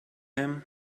him